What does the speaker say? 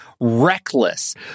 reckless